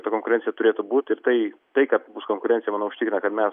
ta konkurencija turėtų būt ir tai tai kad bus konkurencija manau užtikrina kad mes